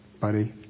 buddy